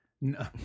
No